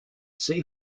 sea